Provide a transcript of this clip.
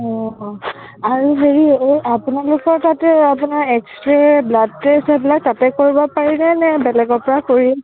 অ আৰু হেৰি এই আপোনালোকৰ তাতে আপোনাৰ এক্স ৰেই ব্লাড টেষ্ট এইবিলাক তাতে কৰিব পাৰিনে নে বেলেগৰ পৰা কৰি